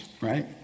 right